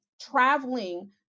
traveling